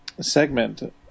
segment